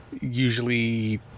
usually